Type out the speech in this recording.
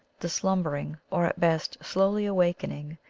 the slumber ing, or at best slowly awakening,